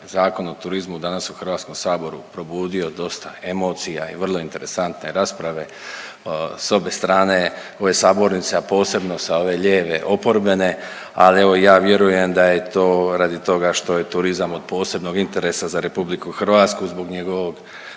Zakon o turizmu danas u HS-u probudio dosta emocija i vrlo interesantne rasprave s obe strane ove sabornice, a posebno sa ove lijeve oporbene. Ali evo ja vjerujem da je to radi toga što je turizam od posebnog interesa za RH zbog njegovog